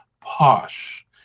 posh